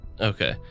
Okay